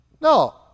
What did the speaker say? No